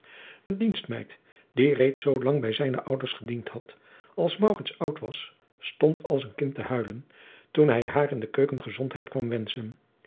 de dienstmeid die reeds zoo lang bij zijne ouders gediend had als maurits oud was stond als een kind te huilen toen hij haar in de keuken gezondheid kwam wenschen